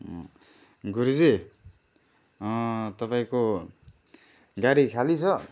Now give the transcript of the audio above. गुरुजी तपाईँको गाडी खाली छ